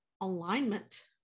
alignment